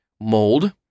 Mold